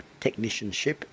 technicianship